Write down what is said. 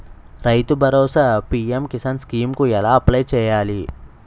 రైతు Bharosa PM Kisan scheme కు ఎలా అప్లయ్ చేయాలి?